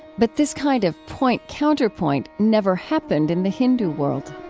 but this kind of point-counterpoint never happened in the hindu world